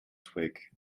twig